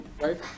right